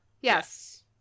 Yes